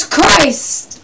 Christ